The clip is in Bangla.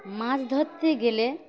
মাছ ধরতে গেলে